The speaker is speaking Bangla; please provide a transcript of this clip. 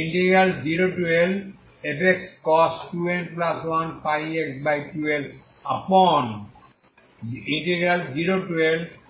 An0Lfcos 2n1πx2L dx0L2n1πx2L dx